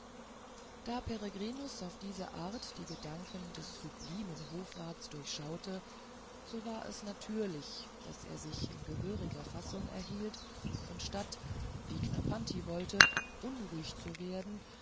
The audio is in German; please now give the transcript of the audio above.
da peregrinus auf diese art die gedanken des sublimen hofrats durchschaute so war es natürlich daß er sich in gehöriger fassung erhielt und statt wie knarrpanti wollte unruhig zu werden